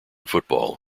football